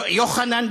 לא יוסי, יוחנן.